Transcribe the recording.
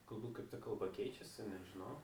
galbūt kaip ta kalba keičiasi nežinau